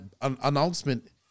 announcement